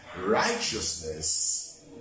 Righteousness